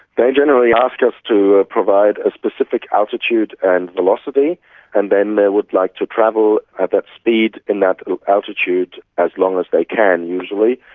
they generally ask us to provide a specific altitude and velocity and then they would like to travel at that speed in that altitude as long as they can usually,